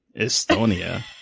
Estonia